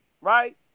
right